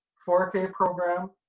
four k program.